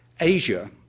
Asia